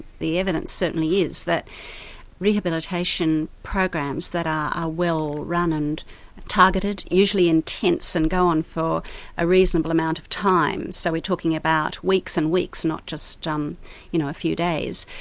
the evidence certainly is that rehabilitation programs that are well run and targeted are usually intense and go on for a reasonable amount of time. so we're talking about weeks and weeks, not just um you know a few days,